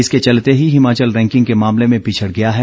इसके चलते ही हिमाचल रैंकिंग के मामले में पिछड़ गया है